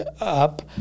up